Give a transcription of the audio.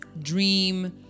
dream